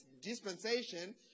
dispensation